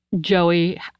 Joey